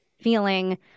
feeling